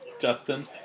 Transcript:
Justin